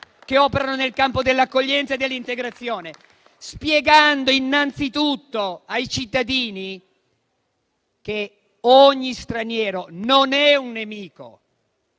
che operano nel campo dell'accoglienza e dell'integrazione, spiegando innanzitutto ai cittadini che non è vero che «ogni